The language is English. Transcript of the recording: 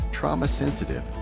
trauma-sensitive